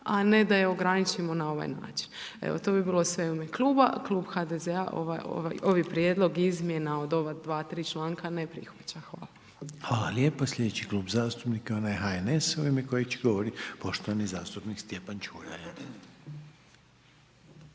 a ne da je ograničimo na ovaj način. Evo, to bi bilo sve u ime kluba, Klub HDZ-a ovi prijedlog izmjena od ova dva, tri članka ne prihvaća. Hvala. **Reiner, Željko (HDZ)** Hvala lijepa. Slijedeći Klub zastupnika onaj HNS-a u ime kojeg će govoriti poštovani zastupnik Stjepan Čuraj.